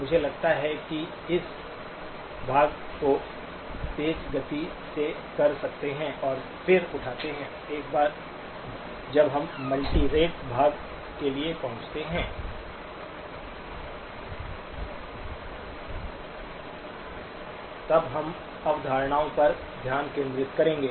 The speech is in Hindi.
मुझे लगता है कि हम इस भाग को तेज गति से कर सकते हैं और फिर उठाते हैं एक बार जब हम मल्टीरेट multirate भाग के लिए पहुँचते है तब हम अवधारणाओं पर ध्यान केंद्रित करेंगे